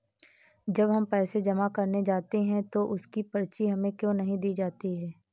जब हम पैसे जमा करने जाते हैं तो उसकी पर्ची हमें क्यो नहीं दी जाती है?